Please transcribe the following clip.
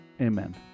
amen